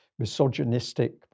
Misogynistic